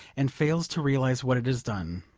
and fails to realise what it has done.